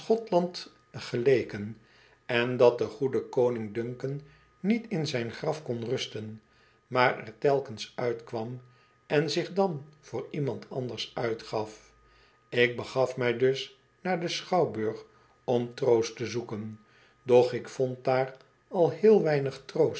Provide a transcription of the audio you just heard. schrikverwekkenden dezen waren dat de tooverheksen in macbeth schrikkelijk op de thansenandereeigenlijkebewonersvanschotlandgelekenjendatdegoedekoningduncanniet in zijn graf kon rusten maar er telkens uitkwam en zich dan voor iemand anders uitgaf ik begaf mij dus naar den schouwburg om troost te zoeken doch ik vond daar al heel weinig